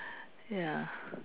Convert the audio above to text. ya